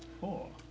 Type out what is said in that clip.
Four